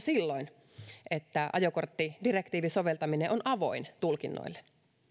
silloin että ajokorttidirektiivin soveltaminen on avoin tulkinnoille